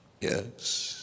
Yes